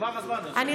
נגמר הזמן, היושב-ראש.